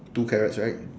two carrots right